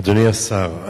אדוני השר,